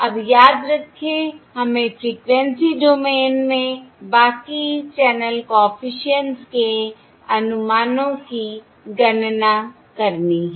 अब याद रखें हमें फ़्रीक्वेंसी डोमेन में बाकी चैनल कॉफिशिएंट्स के अनुमानों की गणना करनी है